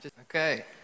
okay